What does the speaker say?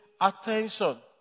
attention